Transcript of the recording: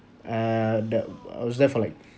and I was there for like